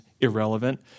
irrelevant